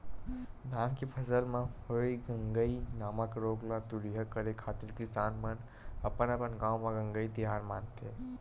धान के फसल म होय गंगई नामक रोग ल दूरिहा करे खातिर किसान मन अपन अपन गांव म गंगई तिहार मानथे